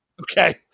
Okay